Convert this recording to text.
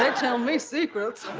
tell me secrets